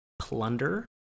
plunder